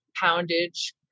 poundage